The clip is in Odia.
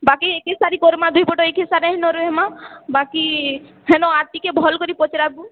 ବାକି ଏକେ ସାରି କର୍ମା ଦୁହି ପଟ ଏକେ ସାରି ରହେମା ବାକି ହେନ ଆର୍ ଟିକେ ଭଲ୍ କରି ପଚ୍ରାବୁ